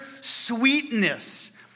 sweetness